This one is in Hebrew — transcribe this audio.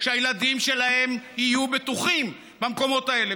שהילדים שלהם יהיו בטוחים במקומות האלה,